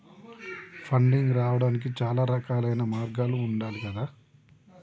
funding రావడానికి చాలా రకాలైన మార్గాలు ఉండాలి గదా